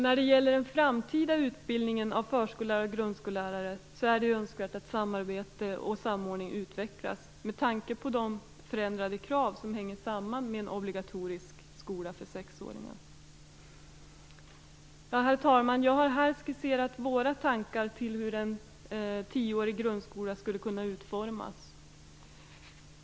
När det gäller den framtida utbildningen av förskollärare och grundskollärare är det önskvärt att samarbetet och samordningen utvecklas med tanke på de förändrade krav som hänger samman med en obligatorisk skola för sexåringar. Herr talman! Jag har här skisserat våra tankar på hur en tioårig grundskola skulle kunna utformas.